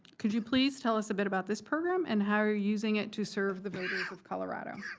could you please tell us a bit about this program and how you're using it to serve the voters of colorado.